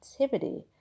activity